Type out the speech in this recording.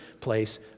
place